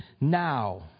now